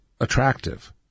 attractive